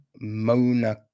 Mona